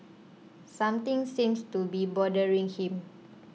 something seems to be bothering him